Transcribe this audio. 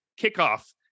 kickoff